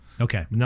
Okay